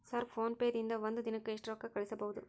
Sir PhonePe ದಿಂದ ಒಂದು ದಿನಕ್ಕೆ ಎಷ್ಟು ರೊಕ್ಕಾ ಕಳಿಸಬಹುದು?